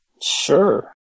Sure